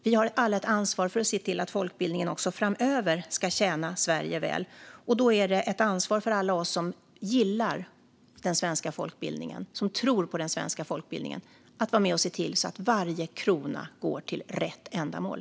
Vi har alla ett ansvar att se till att folkbildningen också framöver ska tjäna Sverige väl. Då är det ett ansvar för alla oss som gillar den svenska folkbildningen och tror på den svenska folkbildningen att vara med och se till att varje krona går till rätt ändamål.